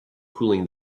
cooling